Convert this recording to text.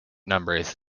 numbers